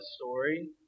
story